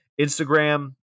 Instagram